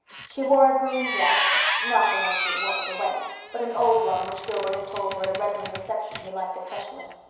she wore a green dress not the one she had worn to the wedding, but an old one which gilbert had told her at a redmond reception he liked especially.